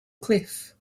cliff